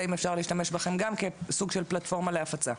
האם אפשר להשתמש בכם גם כפלטפורמה של הפצה?